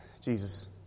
Jesus